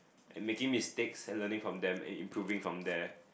and making mistakes and learning from them and improving from there